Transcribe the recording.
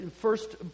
first